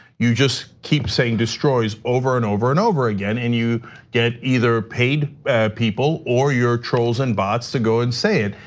you just keep saying destroys over and over and over again and you get either paid people or your trolls and bots to go and say it.